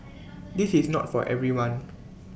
this is not for everyone